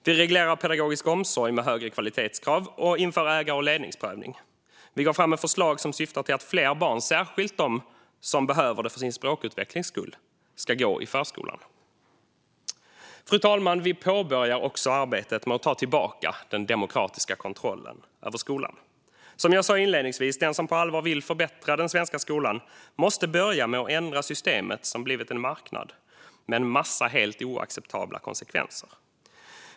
Vi reglerar pedagogisk omsorg med högre kvalitetskrav och inför ägar och ledningsprövning. Vi går fram med förslag som syftar till att fler barn, särskilt de som behöver det för sin språkutvecklings skull, ska gå i förskolan. Fru talman! Vi påbörjar också arbetet med att ta tillbaka den demokratiska kontrollen över skolan. Som jag sa inledningsvis: Den som på allvar vill förbättra den svenska skolan måste börja med att ändra systemet, som blivit en marknad med en massa helt oacceptabla konsekvenser.